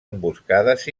emboscades